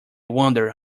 wondered